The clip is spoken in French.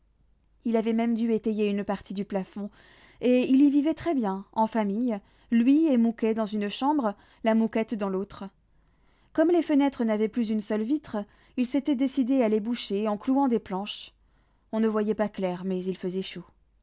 il avait même dû étayer une partie du plafond et il y vivait très bien en famille lui et mouquet dans une chambre la mouquette dans l'autre comme les fenêtres n'avaient plus une seule vitre il s'était décidé à les boucher en clouant des planches on ne voyait pas clair mais il faisait chaud